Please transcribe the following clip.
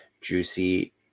juicy